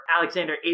Alexander